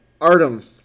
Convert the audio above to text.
Artem